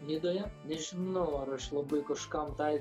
nidoje nežinau ar aš labai kažkam tai